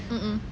mmhmm